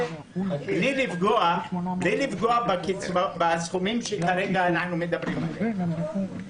בלי לפגוע בסכומים שכרגע אנחנו מדברים עליהם.